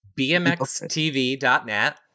BMXTV.net